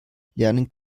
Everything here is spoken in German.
lernen